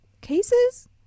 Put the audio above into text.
cases